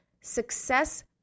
success